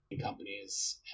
companies